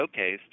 showcased